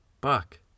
Buck